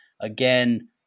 again